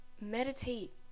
Meditate